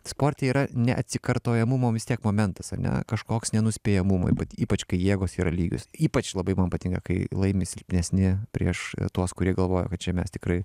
sporte yra neatsikartojamumo vis tiek momentas ane kažkoks nenuspėjamumo ypač kai jėgos yra lygios ypač labai man patinka kai laimi silpnesni prieš tuos kurie galvojo kad čia mes tikrai